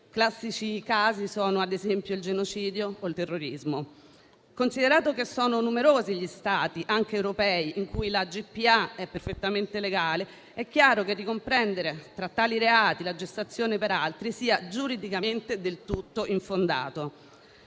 Classici casi sono, ad esempio, il genocidio o il terrorismo. Considerato che sono numerosi gli Stati, anche europei, in cui la GPA è perfettamente legale, è chiaro che ricomprendere tra tali reati la gestazione in altri sia giuridicamente del tutto infondato.